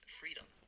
freedom